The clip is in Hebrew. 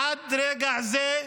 עד רגע זה,